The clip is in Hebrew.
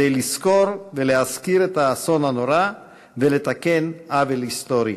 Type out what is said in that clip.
כדי לזכור ולהזכיר את האסון הנורא ולתקן עוול היסטורי.